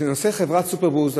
לנוסעי חברת סופרבוס,